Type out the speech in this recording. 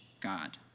God